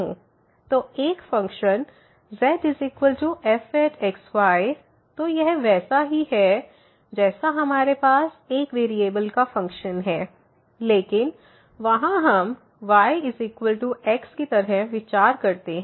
तो एक function zfxy तो यह वैसा ही है जैसा हमारे पास एक वेरिएबल का फ़ंक्शन है लेकिन वहां हम yx कीतरह विचार करते हैं